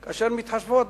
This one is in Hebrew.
מתחשבות.